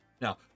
Now